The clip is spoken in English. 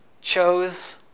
chose